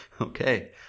okay